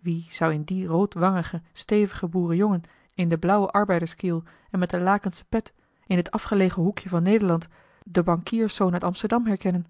wie zou in dien roodwangigen stevigen boerenjongen in de blauwe arbeiderskiel en met de lakensche pet in dit afgelegen hoekje van nederland den bankierszoon uit amsterdam herkennen